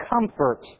comfort